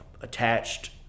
attached